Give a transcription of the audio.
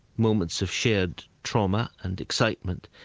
moments of shared trauma, and excitement,